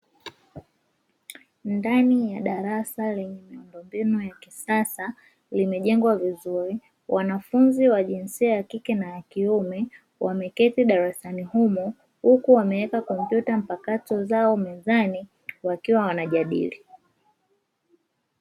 Ndani ya darasa lenye miundombinu ya kisasa limejengwa vizuri wanafunzi wa jinsia ya kike na ya kiume wameketi darasani humo huku wameweka kompyuta mpakato zao mezani wakiwa wanajadili.